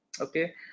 Okay